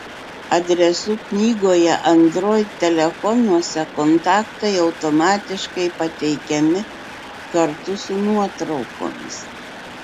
adresų knygoje android telefonuose kontaktai automatiškai pateikiami kartu su nuotraukomis